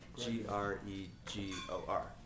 G-R-E-G-O-R